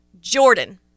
Jordan